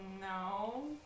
No